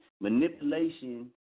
Manipulation